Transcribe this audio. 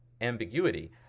ambiguity